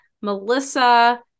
Melissa